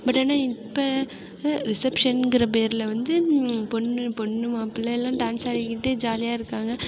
but ஆனால் இப்போ ரிசப்ஷன்ங்கிற பேரில் வந்து பொண்ணு பொண்ணு மாப்பிளலாம் டான்ஸ் ஆடிக்கிட்டு ஜாலியாக இருக்காங்க